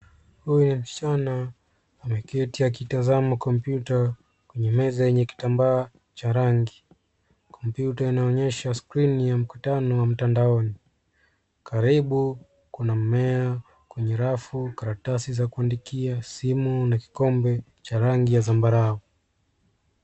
Huyu msichana ameketi akitazama kompyuta kwenye meza yenye kitambaa cha rangi. Kompyuta inaonyesha skrini ya mkutano wa mtandaoni. Karibu kuna mmea kwenye rafu karatasi za kuandikia, simu na kikombe cha rangi ya zambarau.